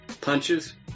punches